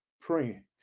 praying